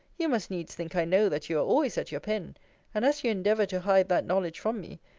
you must needs think i know that you are always at your pen and as you endeavour to hide that knowledge from me,